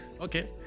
Okay